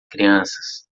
crianças